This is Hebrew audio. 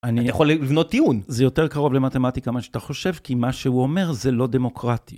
אני יכול לבנות טיעון. זה יותר קרוב למתמטיקה מה שאתה חושב, כי מה שהוא אומר זה לא דמוקרטי.